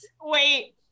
wait